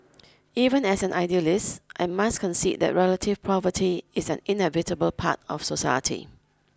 even as an idealist I must concede that relative poverty is an inevitable part of society